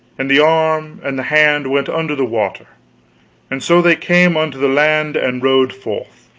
and the arm and the hand went under the water and so they came unto the land and rode forth.